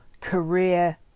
career